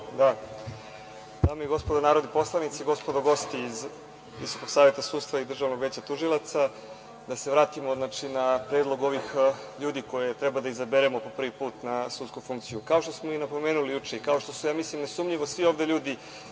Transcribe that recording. Dame i gospodo narodni poslanici, gospodo gosti ispred Saveta sudstva i Državnog veća tužilaca, da se vratimo na predlog ovih ljudi koje treba da izaberemo po prvi put na sudsku funkciju. Kao što smo i napomenuli juče, kao što su mislim, nesumnjivo svi ovde ljudi